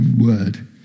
word